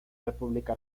república